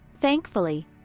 Thankfully